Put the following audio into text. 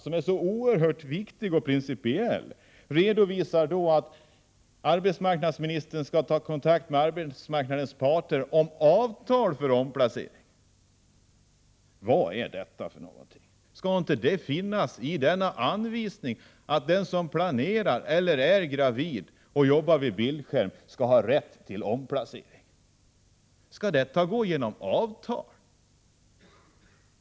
I denna oerhört viktiga principiella fråga redovisar utskottet att arbetsmarknadsministern skall ta kontakt med arbetsmarknadens parter om avtal för omplacering. Vad är detta för någonting? Skall det inte stå i denna anvisning att den som planerar att bli gravid, eller är gravid, och jobbar vid bildskärm skall ha rätt till omplacering? Skall det regleras genom avtal?